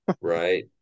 right